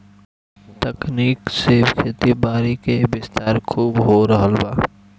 तकनीक से खेतीबारी क विस्तार खूब हो रहल बा